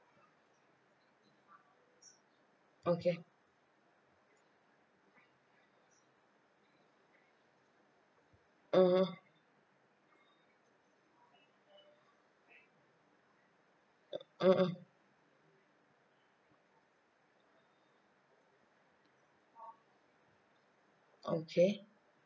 okay mmhmm mmhmm okay